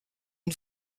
une